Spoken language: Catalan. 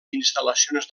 instal·lacions